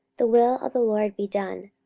the will of the lord be done.